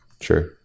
Sure